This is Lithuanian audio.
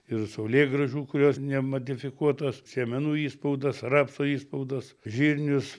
ir saulėgrąžų kurios nemodifikuotos sėmenų išspaudas rapsų išspaudas žirnius